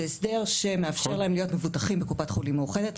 זה הסדר שמאפשר להם להיות מבוטחים בקופת חולים מאוחדת,